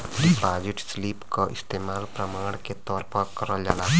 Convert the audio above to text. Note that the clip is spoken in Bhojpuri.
डिपाजिट स्लिप क इस्तेमाल प्रमाण के तौर पर करल जाला